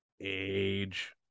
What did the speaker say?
Age